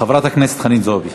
חברת הכנסת חנין זועבי.